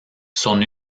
son